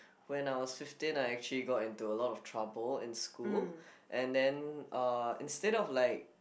when I was fifteen I actually got into a lot of trouble in school and then uh instead of like